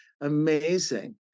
amazing